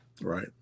right